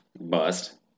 Bust